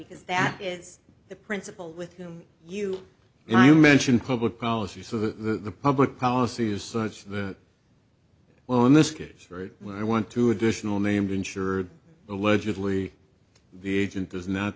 because that is the principle with him you mention public policy so the public policy is such that well in this case very well i want to additional named insured allegedly the agent does not